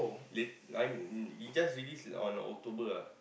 late I mean it just release on October ah